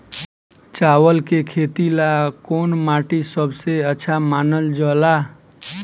चावल के खेती ला कौन माटी सबसे अच्छा मानल जला?